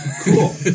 Cool